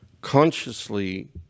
consciously